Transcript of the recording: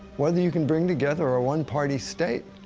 whether you can bring together a one-party state